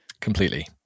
Completely